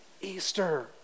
Easter